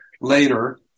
later